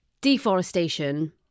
deforestation